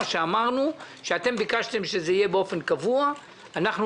שאתם ביקשתם שזה יהיה באופן קבוע ואנחנו